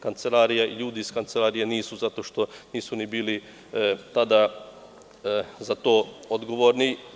Kancelarija i ljudi iz kancelarije nisu zato što nisu ni bili tada za to odgovorni.